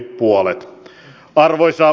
arvoisa puhemies